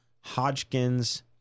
Hodgkin's